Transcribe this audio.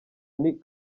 nti